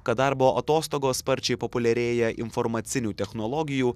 kad darbo atostogos sparčiai populiarėja informacinių technologijų